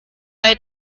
bei